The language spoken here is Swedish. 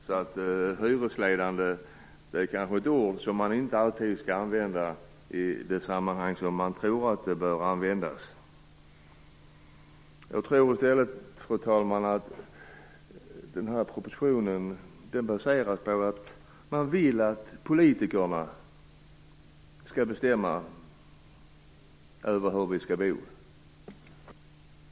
Det är alltså ett ord som man inte alltid skall använda i det sammanhang man tror att det bör användas. I stället tror jag att propositionen baseras på att man vill att politikerna skall bestämma över hur vi skall bo.